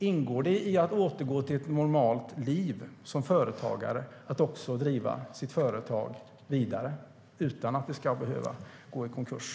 Ingår det i att återgå till normalt liv som företagare att driva sitt företag vidare utan att det ska behöva gå i konkurs?